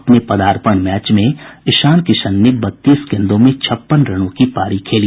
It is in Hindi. अपने पदार्पण मैच में ईशान किशन ने बत्तीस गेंदों में छप्पन रनों की पारी खेली